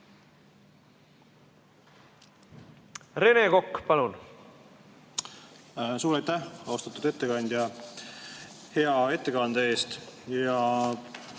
Rene Kokk, palun! Suur aitäh, austatud ettekandja, hea ettekande eest!